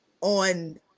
on